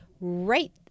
right